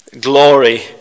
Glory